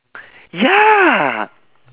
ya